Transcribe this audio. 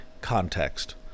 Context